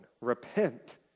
Repent